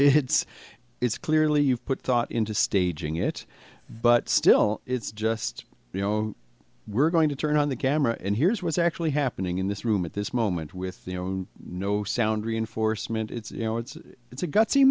it's it's clearly you put thought into staging it but still it's just you know we're going to turn on the camera and here's what's actually happening in this room at this moment with the own no sound reinforcement it's you know it's it's a gutsy